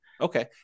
Okay